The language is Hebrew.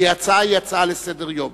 כי ההצעה היא הצעה לסדר-היום.